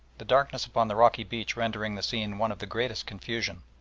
the darkness upon the rocky beach rendering the scene one of the greatest confusion.